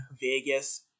Vegas